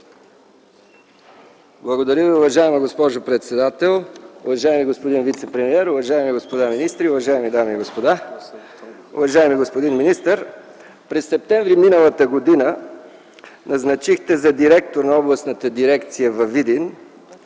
Благодаря Ви, уважаема госпожо председател. Уважаеми господин вицепремиер, уважаеми господа министри, уважаеми дами и господа, уважаеми господин министър! През м. септември м.г. назначихте за директор на Областната дирекция във Видин